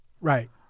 Right